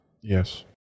Yes